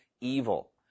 evil